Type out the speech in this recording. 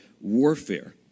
warfare